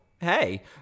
hey